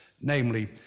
namely